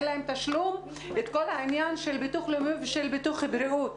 שלא יהיה להם את התשלום לביטוח לאומי וביטוח בריאות.